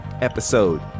episode